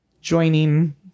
joining